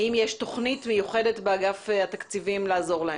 האם יש תוכנית מיוחדת באגף התקציבים לעזור להם?